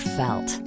felt